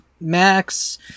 Max